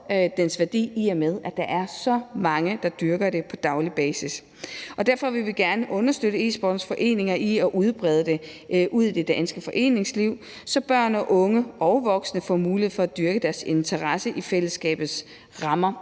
dens værdi, i og med at der er så mange, der dyrker den på daglig basis. Derfor vil vi gerne understøtte e-sportsforeninger i at brede det ud i det danske foreningsliv, så børn, unge og voksne får mulighed for at dyrke deres interesse i fællesskabets rammer.